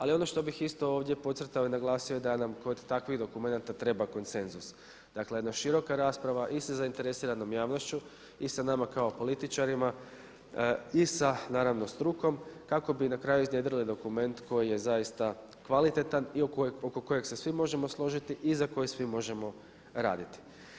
Ali što bih isto ovdje podcrtao i naglasio da nam kod takvih dokumenata treba konsenzus, dakle jedna široka rasprava i sa zainteresiranom javnošću i sa nama kao političarima i sa strukom kako bi na kraju iznjedrili dokument koji je zaista kvalitetan i oko kojeg se svi možemo složiti i za koji svi možemo raditi.